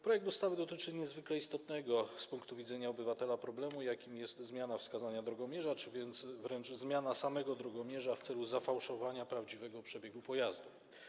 Projekt ustawy dotyczy niezwykle istotnego z punktu widzenia obywatela problemu, jakim jest zmiana wskazania drogomierza czy wręcz zmiana samego drogomierza w celu zafałszowania prawdziwego przebiegu pojazdu.